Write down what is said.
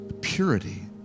purity